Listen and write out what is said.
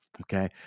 Okay